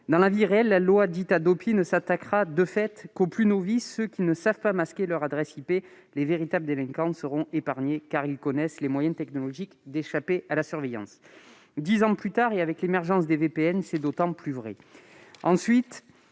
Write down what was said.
Dans la vie réelle, la loi dite Hadopi ne s'attaquera, de fait, qu'aux plus novices, ceux qui ne savent pas masquer leur adresse IP. Les véritables délinquants seront épargnés, car ils connaissent les moyens technologiques d'échapper à la surveillance. » Dix ans plus tard, avec l'émergence des VPN, c'est encore plus vrai.